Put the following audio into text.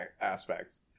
aspects